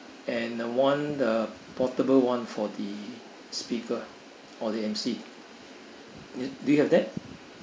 and uh one uh portable one for the speaker or the M_C do you have that